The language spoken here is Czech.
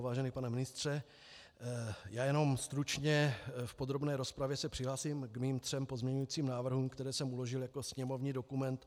Vážený pane ministře, já jenom stručně, v podrobné rozpravě se přihlásím ke svým třem pozměňujícím návrhům, které jsem uložil jako sněmovní dokument 5814.